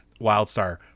Wildstar